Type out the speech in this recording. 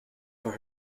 for